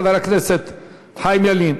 חבר הכנסת חיים ילין.